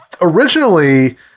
Originally